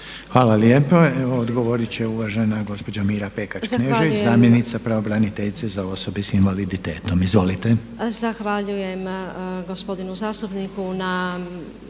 Hvala lijepo. Evo odgovorit će uvažena gospođa Mira Pekač-Knežević, zamjenica pravobraniteljice za osobe s invaliditetom. Izvolite.